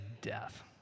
death